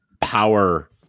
power